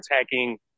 attacking